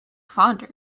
fonder